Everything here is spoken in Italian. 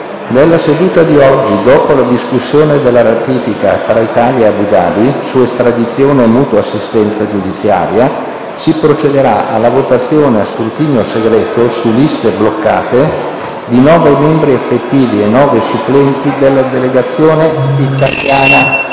Nella seduta di oggi, dopo la discussione della ratifica tra Italia e Abu Dhabi su estradizione e mutua assistenza giudiziaria, si procederà alla votazione a scrutinio segreto, su liste bloccate, di nove membri effettivi e nove supplenti della delegazione italiana presso